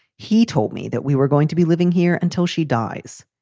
he told me that we were going to be living here until she dies.